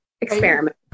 experiment